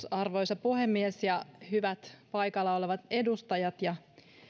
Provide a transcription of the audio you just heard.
arvoisa puhemies ja hyvät paikalla olevat edustajat ja